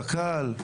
קק"ל.